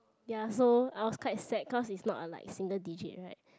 ya so I was quite sad cause it's a not like single digit right